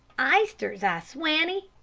eyesters, i swanny!